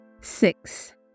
Six